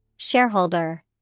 shareholder